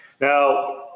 Now